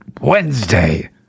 Wednesday